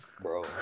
bro